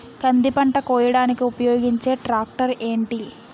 కంది పంట కోయడానికి ఉపయోగించే ట్రాక్టర్ ఏంటి?